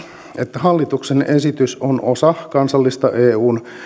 että hallituksen esitys on osa kansallista eun